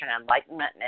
Enlightenment